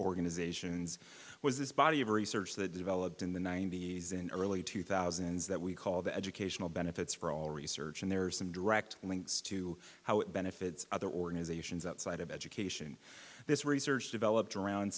organizations was this body of research that developed in the ninety's and early two thousand that we call the educational benefits for all research and there are some direct links to how it benefits other organizations outside of education this research developed around